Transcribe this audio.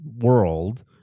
world